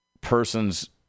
person's